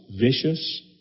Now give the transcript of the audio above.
vicious